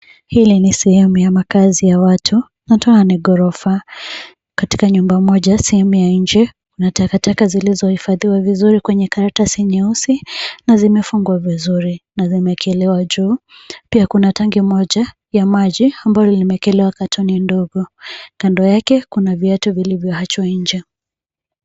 Hili ni sehemu ya makazi ya watu, watu wenye ghorofa katika nyumba moja sehemu ya nje kuna takataka zilizohifadhiwa vizuri kwenye karatasi nyeusi na zimefungwa vizuri, na zimeekelewa juu pia kuna tenki moja ya maji ambayo imeekelewa katoni ndogo, kando yake kuna viatu vilivyoachwa nje.